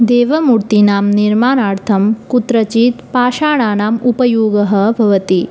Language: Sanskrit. देवमूर्तीनां निर्माणार्थं कुत्रचित् पाषाणानाम् उपयोगः भवति